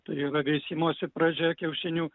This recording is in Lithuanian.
tai yra veisimosi pradžia kiaušinių